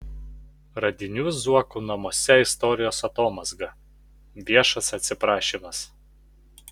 radinių zuokų namuose istorijos atomazga viešas atsiprašymas